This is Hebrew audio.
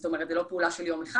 זו לא פעולה של יום אחד.